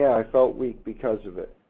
i felt weak because of it